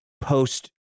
post